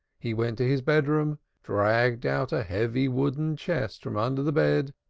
he went to his bedroom, dragged out a heavy wooden chest from under the bed,